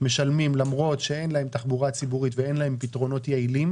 משלמים למרות שאין להם תחבורה ציבורית ואין להם פתרונות יעילים